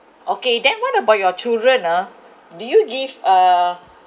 okay then what about your children ah do you give uh